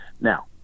Now